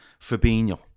Fabinho